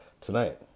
tonight